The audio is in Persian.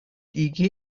دیگه